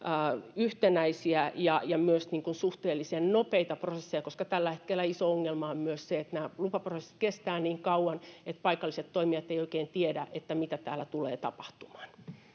yhtenäisiä ja ja myös suhteellisen nopeita prosesseja koska tällä hetkellä iso ongelma on myös se että nämä lupaprosessit kestävät niin kauan että paikalliset toimijat eivät oikein tiedä mitä täällä tulee tapahtumaan